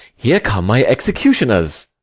here come my executioners.